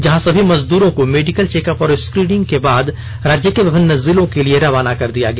जहां सभी मजदूरों को मेडिकल चेकअप और स्क्रीनिंग के बाद राज्य के विभिन्न जिलों के लिए रवाना कर दिया गया